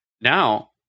Now